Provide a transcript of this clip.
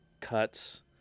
cuts